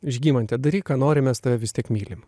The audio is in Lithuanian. žygimante daryk ką nori mes tave vis tiek mylim